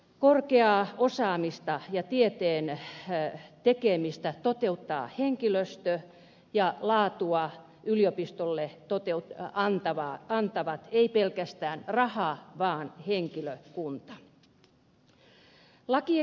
korkeaa osaamista ja tieteen tekemistä toteuttaa henkilöstö ja laatua yliopistolle ei anna pelkästään raha vaan myös henkilökunta